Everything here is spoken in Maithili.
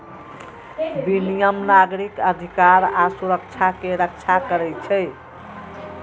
विनियम नागरिक अधिकार आ सुरक्षा के रक्षा करै छै